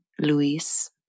Luis